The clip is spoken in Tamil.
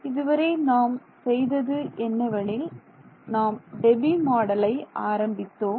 இதுவரை நாம் செய்தது என்னவெனில் நாம் டெபி மாடலை ஆரம்பித்தோம்